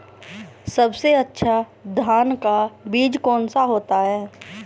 सबसे अच्छा धान का बीज कौन सा होता है?